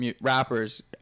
rappers